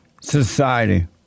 society